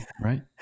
right